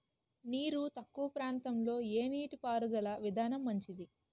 నీరు తక్కువ ప్రాంతంలో ఏ నీటిపారుదల విధానం మంచిది?